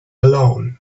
alone